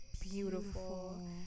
beautiful